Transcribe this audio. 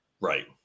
Right